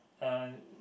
uh